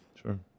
Sure